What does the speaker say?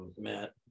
Matt